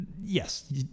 yes